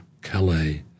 Calais